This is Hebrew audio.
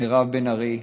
מירב בן ארי,